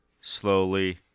slowly